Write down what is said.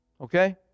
Okay